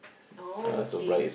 oh okay